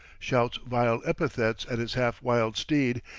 shouts vile epithets at his half-wild steed,